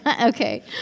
Okay